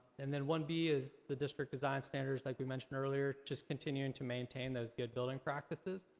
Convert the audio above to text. and then one b is the district design standards, like we mentioned earlier. just continuing to maintain those good building practices,